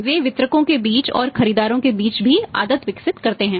वे वितरकों के बीच और खरीदारों के बीच भी आदत विकसित करते हैं